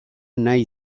nahi